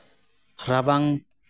ᱨᱟᱵᱟᱝ